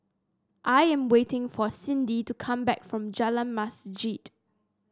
I am waiting for Sydnee to come back from Jalan Masjid